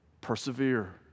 Persevere